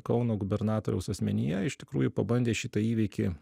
kauno gubernatoriaus asmenyje iš tikrųjų pabandė šitą įvykį